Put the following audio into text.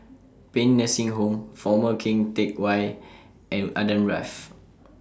Paean Nursing Home Former Keng Teck Whay and Adam Drive